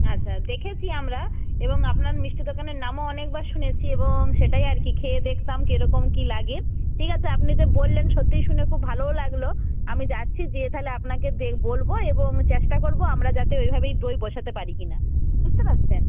আচ্ছা দেখেছি আমরা এবং আপনার মিষ্টির দোকানের নামও অনেকবার শুনেছি এবং সেটাই আর কি খেয়ে দেখতাম কী রকম কী লাগে ঠিক আছে আপনি তো বললেন সত্যি শুনেও খুব ভালোও লাগল আমি যাচ্ছি যেয়ে তাহলে আপনাকে দেখে বলব এবং চেষ্টা করব আমরা যাতে এইভাবেই দই বসাতে পারি কি না বুঝতে পারছেন